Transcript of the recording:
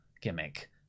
gimmick